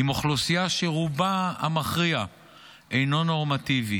עם אוכלוסייה שרובה המכריע אינו נורמטיבי